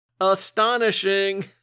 astonishing